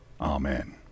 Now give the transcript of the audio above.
amen